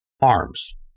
arms